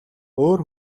өөр